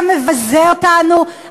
אתה מבזה אותנו,